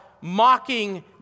mocking